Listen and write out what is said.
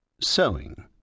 Sewing